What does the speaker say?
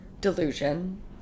delusion